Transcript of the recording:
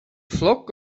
flock